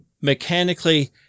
Mechanically